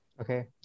Okay